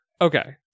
okay